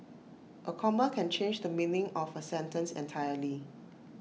A comma can change the meaning of A sentence entirely